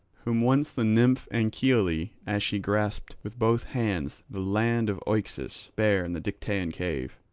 whom once the nymph anchiale, as she grasped with both hands the land of oaxus, bare in the dictaean cave.